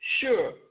sure